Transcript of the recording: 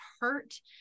hurt